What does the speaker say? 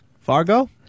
Fargo